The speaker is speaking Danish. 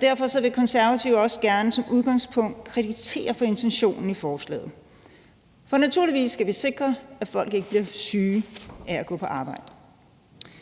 Derfor vil Konservative også gerne som udgangspunkt kreditere for intentionen i forslaget. Naturligvis skal vi sikre, at folk ikke bliver syge af at gå på arbejde.